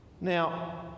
Now